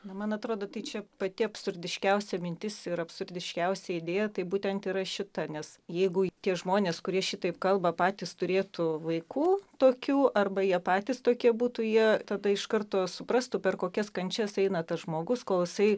na man atrodo tai čia pati absurdiškiausia mintis ir absurdiškiausia idėja tai būtent yra šita nes jeigu tie žmonės kurie šitaip kalba patys turėtų vaikų tokių arba jie patys tokie būtų jie tada iš karto suprastų per kokias kančias eina tas žmogus kol jisai